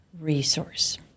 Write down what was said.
Resource